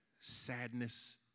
sadness